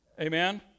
Amen